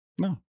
no